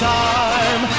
time